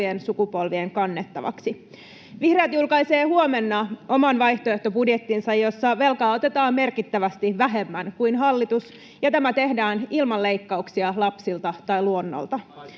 sukupolvien kannettavaksi. Vihreät julkaisee huomenna oman vaihtoehtobudjettinsa, jossa velkaa otetaan merkittävästi vähemmän kuin hallitus ottaa, ja tämä tehdään ilman leikkauksia lapsilta tai luonnolta.